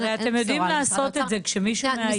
הרי אתם יודעים לעשות את זה כשמישהו מאיים.